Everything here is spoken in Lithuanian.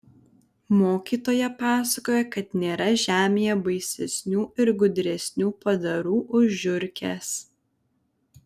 mokytoja pasakojo kad nėra žemėje baisesnių ir gudresnių padarų už žiurkes